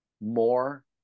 more